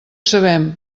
sabem